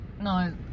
No